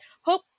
Hope